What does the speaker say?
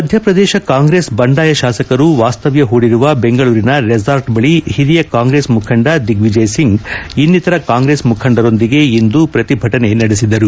ಮಧ್ಯಪ್ರದೇಶ ಕಾಂಗೆಸ್ ಬಂಡಾಯ ಶಾಸಕರು ವಾಸ್ತವ್ಯ ಹೂಡಿರುವ ಬೆಂಗಳೂರಿನ ರೆಸಾರ್ಟ್ ಬಳಿ ಹಿರಿಯ ಕಾಂಗ್ರೆಸ್ ಮುಖಂಡ ದಿಗ್ವಿಜಯ್ ಸಿಂಗ್ ಇನ್ನಿತರ ಕಾಂಗ್ರೆಸ್ ಮುಖಂಡರೊಂದಿಗೆ ಇಂದು ಪ್ರತಿಭಟನೆ ನಡೆಸಿದರು